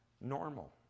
normal